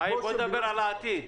חיים, בוא נדבר על העתיד.